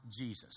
Jesus